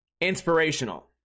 inspirational